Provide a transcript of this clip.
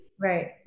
Right